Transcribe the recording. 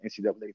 NCAA